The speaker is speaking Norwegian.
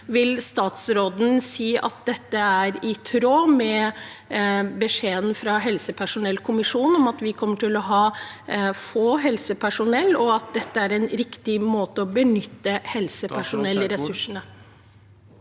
Vil statsråden si at dette er i tråd med beskjeden fra helsepersonellkommisjonen om at vi kommer til å få knapphet på helsepersonell, og at dette er riktig måte å benytte helsepersonellressursene